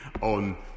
on